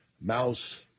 mouse